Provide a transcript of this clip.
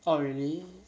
oh really